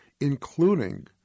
including